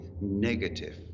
negative